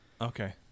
Okay